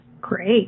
Great